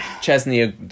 Chesney